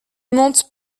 mentent